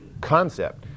concept